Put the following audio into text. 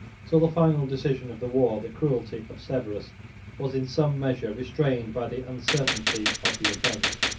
till the final decision of the war, the cruelty of severus was, in some measure, restrained by the uncertainty of the event,